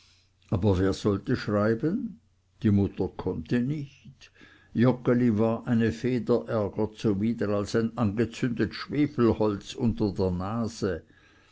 aber wer sollte schreiben die mutter konnte nicht joggeli war eine feder ärger zuwider als ein angezündet schwefelholz unter der nase